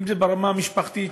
אם זה ברמה המשפחתית,